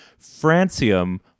francium